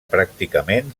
pràcticament